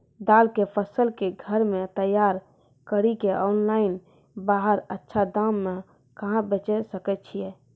दाल के फसल के घर मे तैयार कड़ी के ऑनलाइन बाहर अच्छा दाम मे कहाँ बेचे सकय छियै?